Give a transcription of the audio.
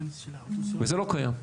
וזה לא קיים.